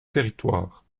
territoire